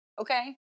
okay